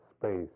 space